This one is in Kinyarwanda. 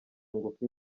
ngufi